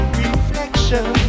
reflection